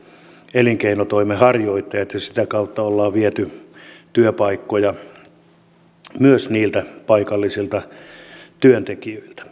elinkeinotoimen harjoittajat ja sitä kautta ollaan viety työpaikkoja myös niiltä paikallisilta työntekijöiltä